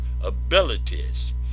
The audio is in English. abilities